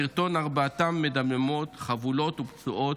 בסרטון ארבעתן מדממות, חבולות ופצועות.